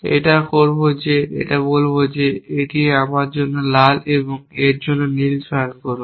এটি করবে যে এটি বলবে যে আপনি এটির জন্য লাল এবং এর জন্য নীল চয়ন করুন